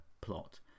plot